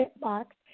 box